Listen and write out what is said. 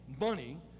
money